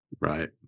Right